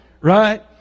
Right